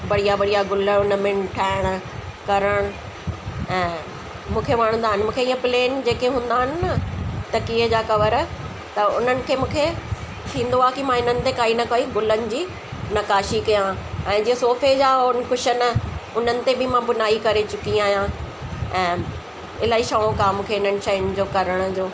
बढ़िया बढ़िया ग़ुल हुनमें ठाहिण करण ऐं मूंखे वणंदा आहिनि मूंखे ईअं प्लेन जेके हूंदा आहिनि न तकीए जा कवर त उन्हनि खे मूंखे थींदो आहे की मां इन्हनि ते काई न काई ग़ुलन जी नकाशी कया ऐं जीअं सोफे जा हुन कुशन उन्हनि ते बि मां बुनाई करे चुकी आहियां ऐं इलाहीं शौंक़ु आहे मूंखे इन्हनि शयुनि जो करण जो